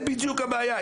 זה בדיוק הבעיה.